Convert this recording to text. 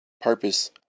Purpose